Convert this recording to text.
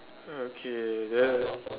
okay then